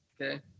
Okay